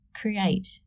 create